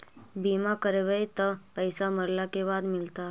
बिमा करैबैय त पैसा मरला के बाद मिलता?